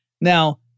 Now